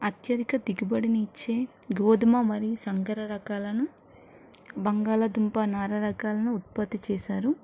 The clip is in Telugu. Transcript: అత్యధిక దిగుబడిని ఇచ్చే గోదుమ మరియు సంగర రకాలను బంగాళదుంప నానా రకాలను ఉత్పత్తి చేశారు